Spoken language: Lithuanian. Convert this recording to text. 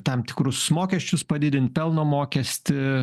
tam tikrus mokesčius padidint pelno mokestį